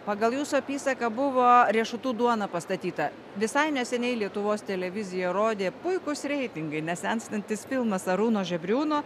pagal jūsų apysaką buvo riešutų duona pastatyta visai neseniai lietuvos televizija rodė puikus reitingai nesenstantis filmas arūno žebriūno